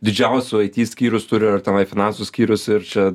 didžiausią it skyrius turi ar tenai finansų skyrius ir čia